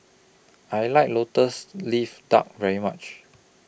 I like Lotus Leaf Duck very much